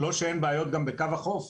לא שאין בעיות גם בקו החוף,